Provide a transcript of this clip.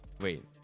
Wait